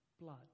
blood